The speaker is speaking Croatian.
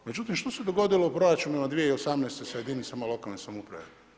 Međutim, što se dogodilo u proračunima 2018. sa jedinicama lokalne samouprave?